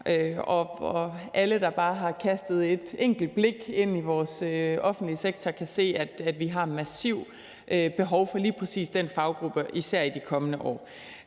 Alle, der bare kaster et enkelt blik på vores offentlige sektor, kan se, at vi har et massivt behov for lige præcis den faggruppe, især i de kommende år.